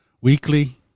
weekly